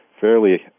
fairly